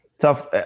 tough